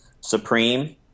Supreme